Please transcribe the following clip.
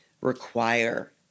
require